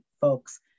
folks